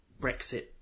Brexit